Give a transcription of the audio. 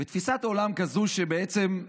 על תפיסת העולם הזאת שבעצם,